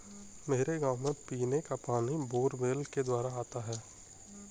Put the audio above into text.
मेरे गांव में पीने का पानी बोरवेल के द्वारा आता है